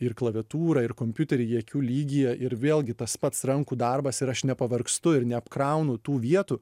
ir klaviatūrą ir kompiuterį į akių lygyje ir vėlgi tas pats rankų darbas ir aš nepavargstu ir neapkraunu tų vietų